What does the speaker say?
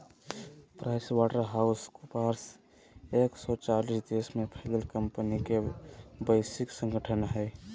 price Waterhouse Coopers एक सो चालीस देश में फैलल कंपनि के वैश्विक संगठन हइ